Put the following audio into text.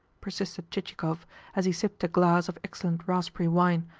persisted chichikov as he sipped a glass of excellent raspberry wine.